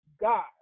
God